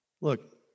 Look